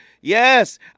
yes